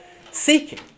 seeking